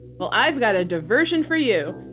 well, i've got a diversion for you.